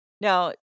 now